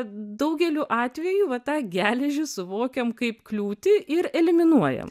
daugeliu atvejų va tą geležį suvokiam kaip kliūtį ir eliminuojam